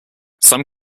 some